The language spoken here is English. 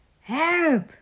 Help